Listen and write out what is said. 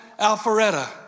Alpharetta